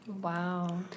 Wow